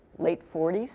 late forty s